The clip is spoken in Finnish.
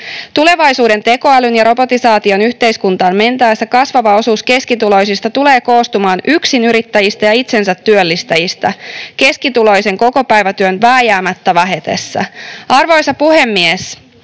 Tulevaisuuden tekoälyn ja robotisaation yhteiskuntaan mentäessä kasvava osuus keskituloisista tulee koostumaan yksinyrittäjistä ja itsensätyöllistäjistä keskituloisen kokopäivätyön vääjäämättä vähetessä. Arvoisa puhemies!